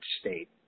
state